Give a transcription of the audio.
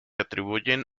atribuyen